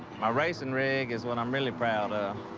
my racing rig is what i'm really proud